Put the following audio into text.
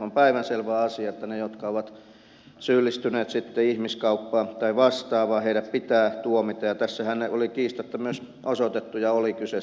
on päivänselvä asia että ne jotka ovat syyllistyneet ihmiskauppaan tai vastaavaan pitää tuomita ja tässähän oli kiistatta myös osoitettu ja oli kyse